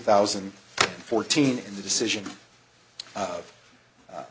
thousand and fourteen in the decision of